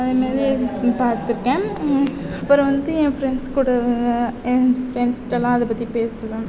அது மாரி ஸ் மு பார்த்துருக்கேன் அப்புறம் வந்து என் ஃப்ரெண்ட்ஸ் கூட என் ஃப்ரெண்ட்ஸ்ட்டயெலாம் அதை பற்றி பேசுவேன்